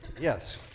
Yes